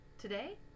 Today